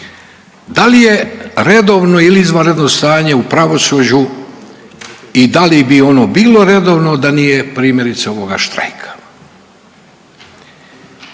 Da li je redovno ili izvanredno stanje u pravosuđu i da li bi ono bilo redovno da nije primjerice ovoga štrajka?